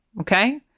Okay